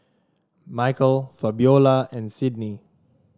Michael Fabiola and Sydnie